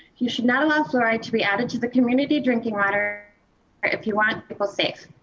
you should not allow fluoride to be added to the community, drinking water if you want people safe.